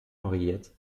henriette